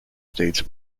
states